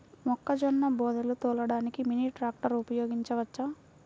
మొక్కజొన్న బోదెలు తోలడానికి మినీ ట్రాక్టర్ ఉపయోగించవచ్చా?